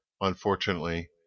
unfortunately